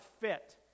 fit